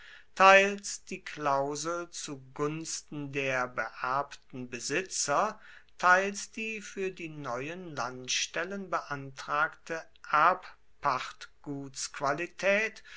teils die klausel zu gunsten der beerbten besitzer teils die für die neuen landstellen beantragte